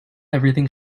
everything